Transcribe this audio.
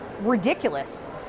ridiculous